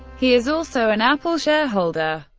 he is also an apple shareholder.